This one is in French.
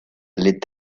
les